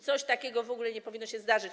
Coś takiego w ogóle nie powinno się zdarzać.